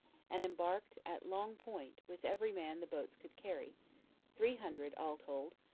and embarked at long point with every man the boats could carry three hundred, all told,